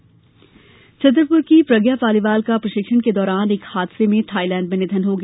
प्रज्ञा Thailand Chhatarpur की प्रज्ञा पालीवाल का प्रशिक्षण के दौरान एक हादसे में थाईलैंड में निधन हो गया